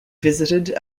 visited